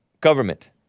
government